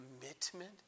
commitment